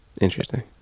interesting